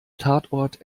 tatort